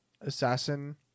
assassin